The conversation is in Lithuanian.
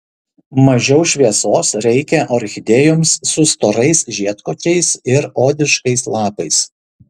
mažiau šviesos reikia orchidėjoms su storais žiedkočiais ir odiškais lapais